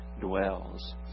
dwells